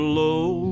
low